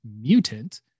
mutant